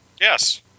Yes